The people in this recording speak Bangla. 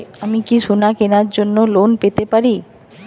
আমি কি সোনা কেনার জন্য লোন পেতে পারি?